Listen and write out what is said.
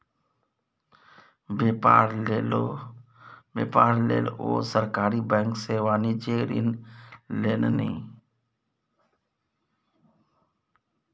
बेपार लेल ओ सरकारी बैंक सँ वाणिज्यिक ऋण लेलनि